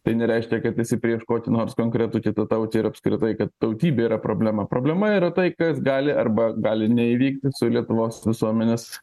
tai nereiškia kad esi prieš kokį nors konkretų kitatautį ir apskritai kad tautybė yra problema problema yra tai kas gali arba gali neįvykti su lietuvos visuomenės